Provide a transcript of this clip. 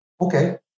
okay